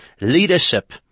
leadership